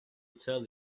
tell